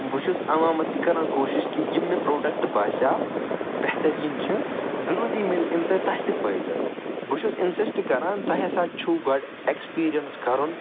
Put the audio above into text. بہٕ چھُس عَوامَس تہِ کَران کوٗشش کہِ یہِ مےٚ پرٛوڈَکٹہٕ باسیٛاو بہتریٖن چھُ ضروٗری میلہِ اَمہِ سۭتۍ تۄہہِ تہِ فٲیدٕ بہٕ چھُس اِنسِسٹہٕ کران تۄہہ ہَسا چھو گۄڈٕ ایٚکٕسپیٖریَنٕس کرُن